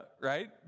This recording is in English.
right